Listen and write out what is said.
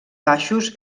baixos